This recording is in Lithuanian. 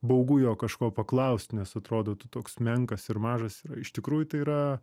baugu jo kažko paklaust nes atrodo tu toks menkas ir mažas ir iš tikrųjų tai yra